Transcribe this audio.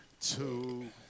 two